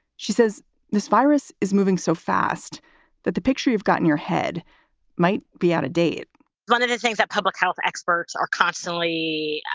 she says this virus is moving so fast that the picture you've gotten your head might be out of date one of the things that public health experts are constantly